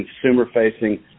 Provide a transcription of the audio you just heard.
consumer-facing